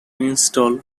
install